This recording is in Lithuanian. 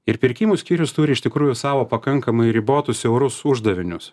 ir pirkimų skyrius turi iš tikrųjų savo pakankamai ribotus siaurus uždavinius